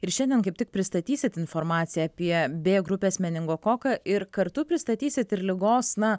ir šiandien kaip tik pristatysit informaciją apie b grupės meningokoką ir kartu pristatysit ir ligos na